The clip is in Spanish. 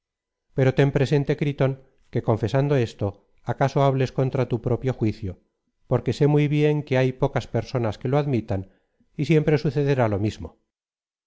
pero ten presente gritón que confesando esto acaso hables contra tu propio juicio porque sé muy bien que hay pocas personas que lo admitan y siempre sucederá lo mismo